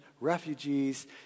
refugees